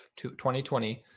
2020